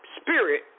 spirit